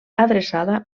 adreçada